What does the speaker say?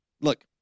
Look